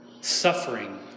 suffering